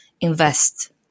invest